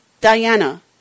Diana